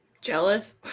jealous